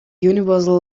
universal